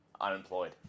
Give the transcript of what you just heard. unemployed